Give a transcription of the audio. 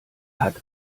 hat